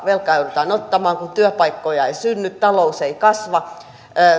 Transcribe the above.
velkaa joudutaan ottamaan kun työpaikkoja ei synny talous ei kasva